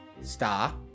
Star